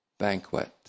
banquet